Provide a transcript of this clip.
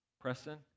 Preston